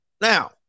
now